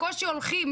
בקושי הולכים,